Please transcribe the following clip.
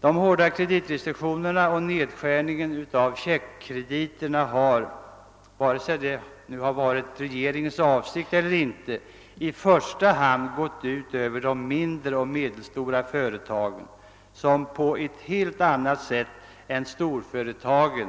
De hårda kreditrestriktionerna och nedskärningen av checkkrediterna har — vare sig det har varit regeringens avsikt eller inte — i första hand gått ut över de mindre och medelstora företagen, som på ett helt annat sätt än storföretagen